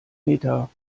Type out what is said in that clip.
meter